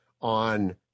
on